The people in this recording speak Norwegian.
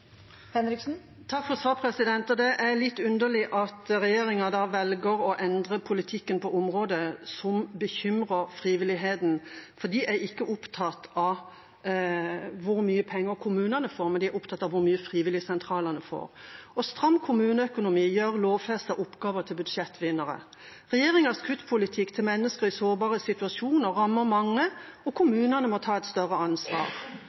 Takk for svaret. Det er litt underlig at regjeringa da velger å endre politikken på et område som bekymrer frivilligheten. De er ikke opptatt av hvor mye penger kommunene får; de er opptatt av hvor mye frivilligsentralene får. Stram kommuneøkonomi gjør lovfestede oppgaver til budsjettvinnere. Regjeringas kuttpolitikk overfor mennesker i sårbare situasjoner rammer mange, og kommunene må ta et større ansvar.